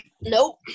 Nope